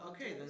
Okay